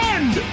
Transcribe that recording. End